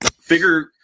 figure